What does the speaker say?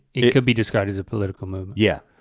it could be described as a political move. yeah.